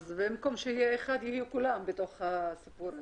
אז במקום שיהיה אחד יהיו כולם בתוך הסיפור הזה.